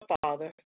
father